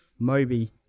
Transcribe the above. Moby